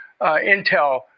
intel